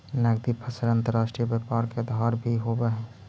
नगदी फसल अंतर्राष्ट्रीय व्यापार के आधार भी होवऽ हइ